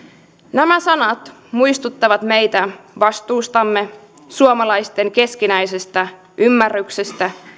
nämä sanat muistuttavat meitä vastuustamme suomalaisten keskinäisestä ymmärryksestä